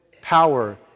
power